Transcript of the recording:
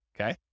okay